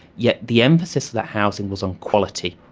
yet the emphasis of that housing was on quality,